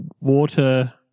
Water